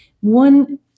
One